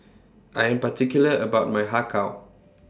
I Am particular about My Har Kow